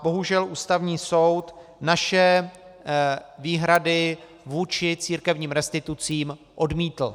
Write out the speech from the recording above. Bohužel Ústavní soud naše výhrady vůči církevním restitucím odmítl.